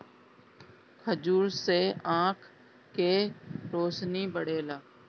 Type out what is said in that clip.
खजूर से आँख के रौशनी बढ़ेला